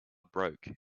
broke